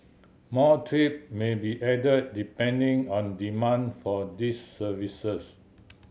more trip may be added depending on demand for these services